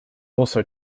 also